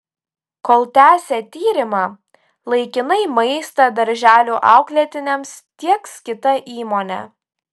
kol tęsia tyrimą laikinai maistą darželių auklėtiniams tieks kita įmonė